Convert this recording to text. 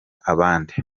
abandi